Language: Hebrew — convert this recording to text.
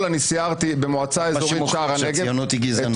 מה שמוכיח שהציונות היא גזענות.